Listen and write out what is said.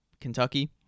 Kentucky